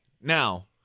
Now